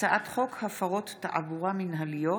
הצעת חוק הפרות תעבורה מינהליות,